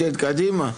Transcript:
קדימה.